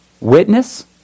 witness